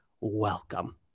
welcome